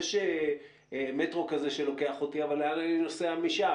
יש מטרו כזה שלוקח אותי אבל לאן אני נוסע משם?